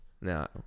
No